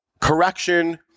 correction